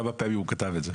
כמה פעמים הוא כתב את זה.